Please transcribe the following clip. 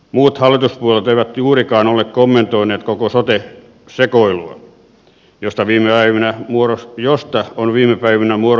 muut hallituspuolueet eivät juurikaan ole kommentoineet koko sote sekoilua josta on viime päivinä muodostunut farssi